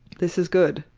this is good.